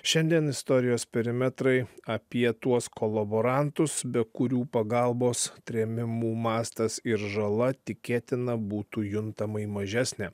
šiandien istorijos perimetrai apie tuos kolaborantus be kurių pagalbos trėmimų mastas ir žala tikėtina būtų juntamai mažesnė